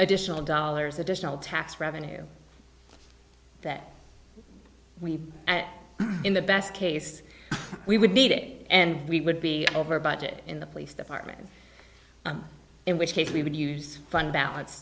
additional dollars additional tax revenue that we at in the best case we would need it and we would be over budget in the police department in which case we would use fund bal